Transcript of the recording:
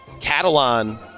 Catalan